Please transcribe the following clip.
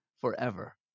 forever